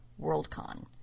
Worldcon